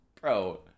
Bro